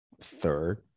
third